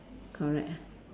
correct